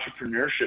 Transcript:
entrepreneurship